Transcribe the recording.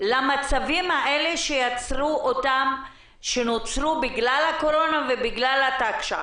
למצבים האלה, שנוצרו בגלל הקורונה ובגלל התקש"ח.